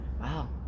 Wow